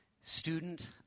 student